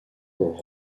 pour